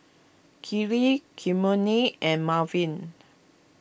Kiley Kymani and Marvin